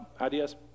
ideas